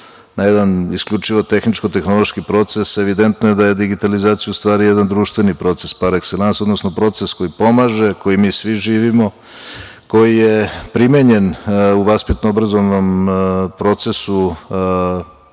na jedan isključivo tehničko tehnološki proces, evidentno je da je digitalizacija u stvari jedna društveni proces par ekselans, odnosno proces koji pomaže, koji mi svi živimo, koji je primenjen u vaspitno obrazovnom procesu